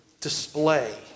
display